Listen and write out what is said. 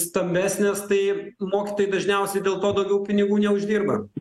stambesnės tai mokytojai dažniausiai dėl to daugiau pinigų neuždirba